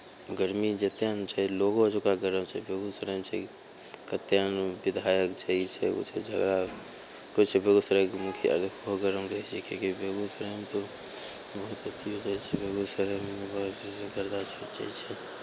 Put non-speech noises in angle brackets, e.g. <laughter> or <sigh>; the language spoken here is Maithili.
गरमी जतेक ने छै लोको ओहिजुका गरम छै बेगूसरायमे छै कतेक ने विधायक छै ई छै ओ छै झगड़ा कहैत छै बेगूसरायके मुखिया अर बहुत गरम रहैत छै किएकि बेगूसरायमे तऽ बहुत अथियो रहैत छै बेगूसरायमे <unintelligible>